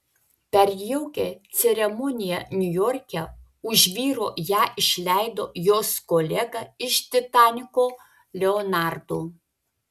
per jaukią ceremoniją niujorke už vyro ją išleido jos kolega iš titaniko leonardo